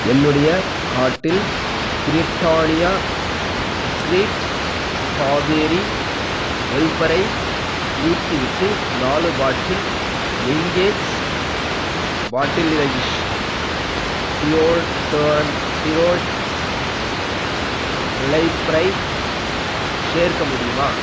என்னுடைய கார்ட்டில் Britannia treat strawberry வொய்பரை நீக்கிவிட்டு நாலு பாட்டில் எங்கேஜ் பாட்டிலியயிஷ் டியோடோரெண்ட் டிரோய்ட்ஸ் லைப்ரை சேர்க்க முடியுமா